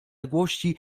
odległości